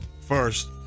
first